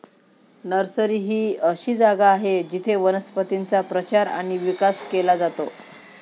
nursery ही अशी जागा आहे जिथे वनस्पतींचा प्रचार आणि विकास केला जातो